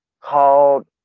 called